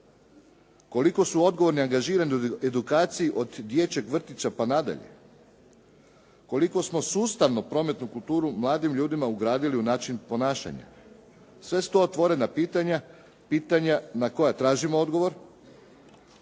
Koliko su odgovorni angažirani u edukaciji od dječjeg vrtića pa nadalje? Koliko smo sustavno prometnu kulturu mladim ljudima ugradili u način ponašanja? Sve su to otvorena pitanja, pitanja na koja tražimo odgovor,